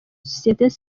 société